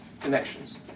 connections